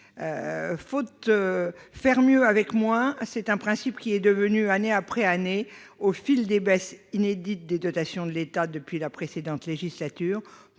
plus qu'une ligne de conduite, ce principe est devenu, année après année, au fil des baisses inédites des dotations de l'État depuis la précédente législature,